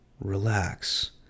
relax